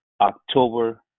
October